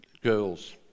Girls